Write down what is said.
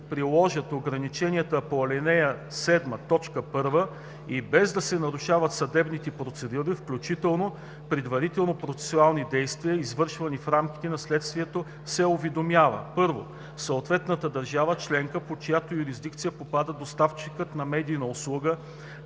приложат ограниченията по ал. 7, т. 1 и без да се нарушават съдебни процедури, включително предварителни процесуални действия, извършвани в рамките на следствието, се уведомява: 1. съответната държава членка, под чиято юрисдикция попада доставчикът на медийната услуга,